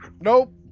nope